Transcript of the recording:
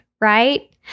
right